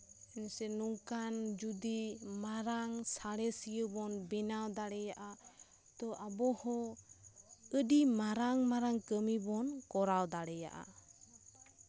ᱥᱮ ᱱᱚᱝᱠᱟᱱ ᱡᱚᱫᱤ ᱢᱟᱨᱟᱝ ᱥᱟᱬᱮᱥᱤᱭᱟᱹ ᱵᱚᱱ ᱵᱮᱱᱟᱣ ᱫᱟᱲᱮᱭᱟᱜᱼᱟ ᱛᱚ ᱟᱵᱚ ᱦᱚᱸ ᱟᱹᱰᱤ ᱢᱟᱨᱟᱝ ᱢᱟᱨᱟᱝ ᱠᱟᱹᱢᱤ ᱵᱚᱱ ᱠᱚᱨᱟᱣ ᱫᱟᱲᱮᱭᱟᱜᱼᱟ